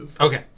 Okay